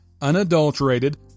unadulterated